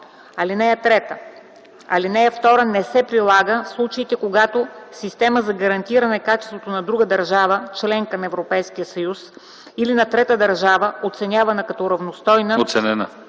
закон. (3) Алинея 2 не се прилага в случаите, когато система за гарантиране качеството на друга държава – членка на Европейския съюз, или на трета държава, оценена като равностойна,